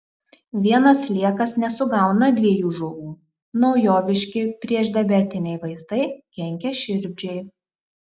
vienas sliekas nesugauna dviejų žuvų naujoviški priešdiabetiniai vaistai kenkia širdžiai